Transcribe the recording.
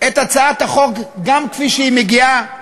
את הצעת החוק, גם כפי שהיא מגיעה אלינו.